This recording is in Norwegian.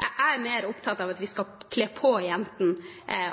Jeg er mer opptatt av at vi skal kle på jentene